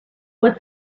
was